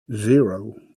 zero